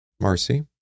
Marcy